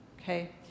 Okay